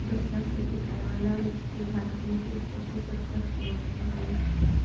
दस लाख से अधिक आय वालन के भारत में तीस प्रतिशत टैक्स देवे पड़ऽ हई